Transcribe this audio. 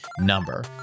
number